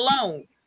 alone